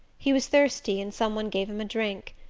he was thirsty and some one gave him a drink.